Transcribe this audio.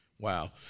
Wow